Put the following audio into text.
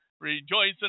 rejoice